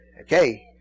Okay